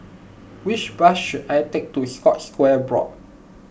which bus should I take to Scotts Square Block